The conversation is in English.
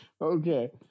Okay